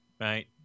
right